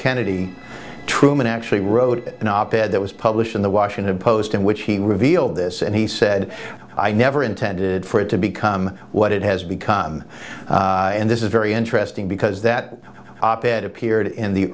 kennedy truman actually wrote an op ed that was published in the washington post in which he revealed this and he said i never intended for it to become what it has become and this is very interesting because that op ed appeared in the